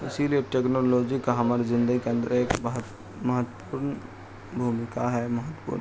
اسی لیے ٹیکنالوجی کا ہماری زندگی کے اندر ایک مہتو مہتوپورن بھومیکا ہے مہتوپورن